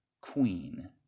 queen